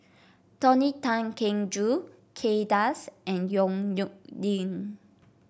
Tony Tan Keng Joo Kay Das and Yong Nyuk Lin